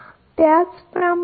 तर हा ब्लॉक आहे